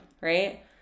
Right